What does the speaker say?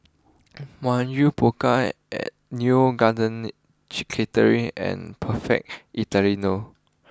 Mamy Poko Neo Garden Catering and perfect Italiano